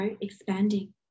expanding